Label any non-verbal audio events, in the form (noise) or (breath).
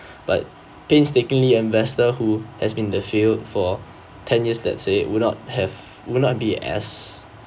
(breath) but painstakingly investor who has been in the field for ten years that say would not have would not be as